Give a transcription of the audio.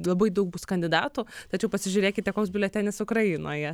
labai daug bus kandidatų tačiau pasižiūrėkite koks biuletenis ukrainoje